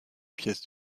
pièces